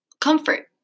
comfort